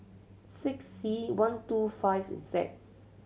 six C one two five Z